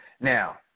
Now